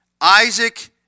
Isaac